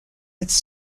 its